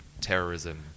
terrorism